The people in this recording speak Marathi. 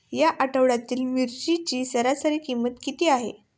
या आठवड्यात मिरचीची सरासरी किंमत किती आहे?